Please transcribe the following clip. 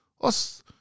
os